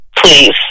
please